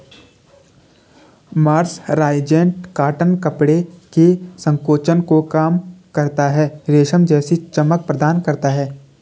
mercerised cotton कपड़े के संकोचन को कम करता है, रेशम जैसी चमक प्रदान करता है